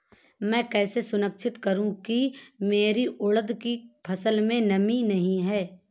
मैं कैसे सुनिश्चित करूँ की मेरी उड़द की फसल में नमी नहीं है?